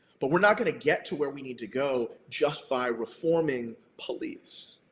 but we're not going to get to where we need to go just by reforming police.